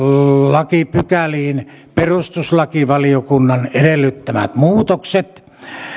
lakipykäliin perustuslakivaliokunnan edellyttämät muutokset